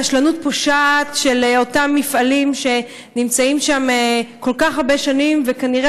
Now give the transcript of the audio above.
רשלנות פושעת של אותם מפעלים שנמצאים שם כל כך הרבה שנים וכנראה